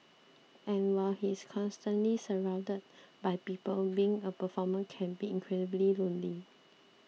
and while he is constantly surrounded by people being a performer can be incredibly lonely